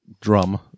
drum